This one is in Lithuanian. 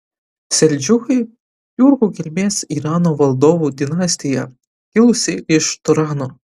seldžiukai tiurkų kilmės irano valdovų dinastija kilusi iš turano